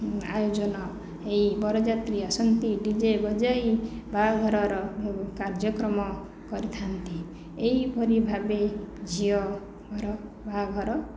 ଆୟୋଜନ ହୋଇ ବରଯାତ୍ରୀ ଆସନ୍ତି ଡିଜେ ବଜାଇ ବାହାଘରର କାର୍ଯ୍ୟକ୍ରମ କରିଥାନ୍ତି ଏହି ପରି ଭାବେ ଝିଅ ଘର ବାହାଘର